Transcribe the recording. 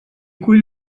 cull